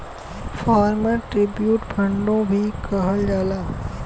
farmer tribute फ़ंडो भी कहल जाला